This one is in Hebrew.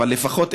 אבל לפחות,